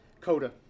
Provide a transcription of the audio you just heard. Coda